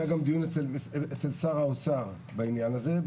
והיה דיון אצל שר האוצר בעניין הזה,